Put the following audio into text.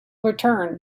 return